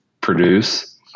produce